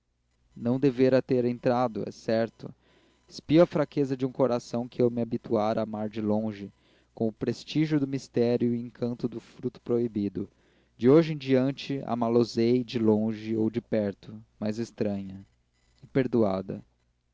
não deveria ter entrado é certo expio a fraqueza de um coração que eu me habituara a amar de longe com o prestígio do mistério e o encanto do fruto proibido de hoje em diante amá los ei de longe ou de perto mas estranha e perdoada